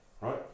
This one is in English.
right